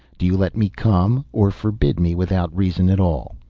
do you let me come, or forbid me without reason at all?